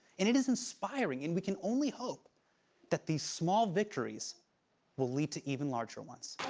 and it is inspiring, and we can only hope that these small victories will lead to even larger ones.